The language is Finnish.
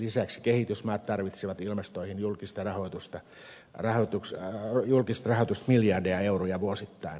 lisäksi kehitysmaat tarvitsevat ilmastoasioihin julkista rahoitusta miljardeja euroja vuosittain